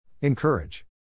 Encourage